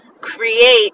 create